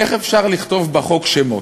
איך אפשר לכתוב בחוק שמות.